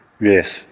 Yes